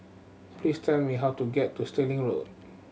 please tell me how to get to Stirling Road